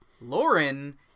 lauren